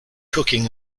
cooking